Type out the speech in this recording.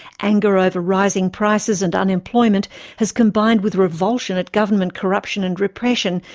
anger over rising prices and unemployment has combined with revulsion at government corruption and repression,